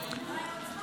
נתקבלה.